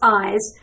eyes